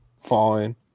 fine